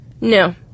No